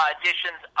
Additions